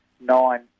Nine